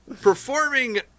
performing